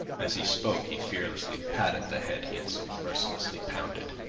as he spoke he fearlessly patted the head he had so mercilessly pounded,